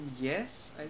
yes